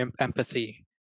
empathy